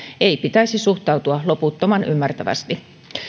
ei pitäisi suhtautua loputtoman ymmärtävästi